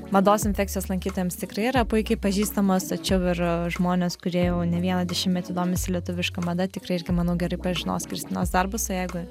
mados infekcijos lankytojams tikrai yra puikiai pažįstamos tačiau ir žmonės kurie jau ne vieną dešimtmetį domisi lietuviška mada tikrai irgi manau gerai pažinos kristinos darbus o jeigu